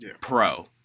Pro